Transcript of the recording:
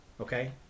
Okay